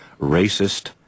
racist